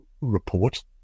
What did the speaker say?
report